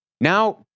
now